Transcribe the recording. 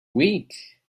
week